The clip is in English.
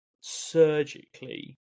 surgically